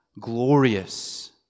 glorious